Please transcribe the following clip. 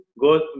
go